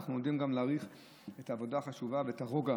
אנחנו לומדים להעריך את העבודה החשובה ואת הרוגע